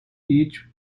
each